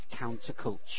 counterculture